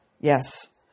Yes